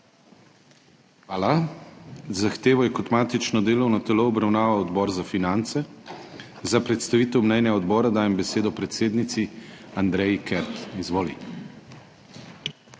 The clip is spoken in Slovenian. Hvala. Zahtevo je kot matično delovno telo obravnaval Odbor za finance. Za predstavitev mnenja odbora dajem besedo predsednici Andreji Kert. Izvoli.